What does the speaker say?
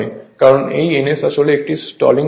কারণ এই n আসলে একটি স্টলিং স্পীড